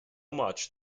much